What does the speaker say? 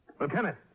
Lieutenant